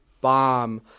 bomb